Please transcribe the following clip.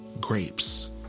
grapes